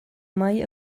mai